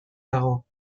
dago